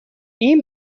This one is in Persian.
این